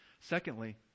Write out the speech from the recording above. Secondly